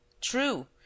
True